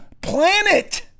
planet